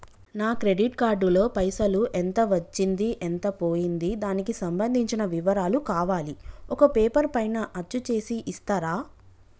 నా credit card లో పైసలు ఎంత వచ్చింది ఎంత పోయింది దానికి సంబంధించిన వివరాలు కావాలి ఒక పేపర్ పైన అచ్చు చేసి ఇస్తరా?